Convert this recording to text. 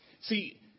See